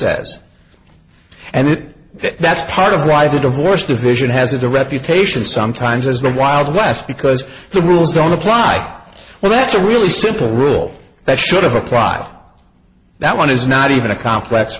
says and it that that's part of why the divorce division has had the reputation sometimes as the wild west because the rules don't apply well that's a really simple rule that should have applied that one is not even a complex